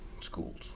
schools